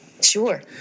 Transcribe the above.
Sure